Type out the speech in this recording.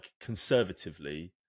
conservatively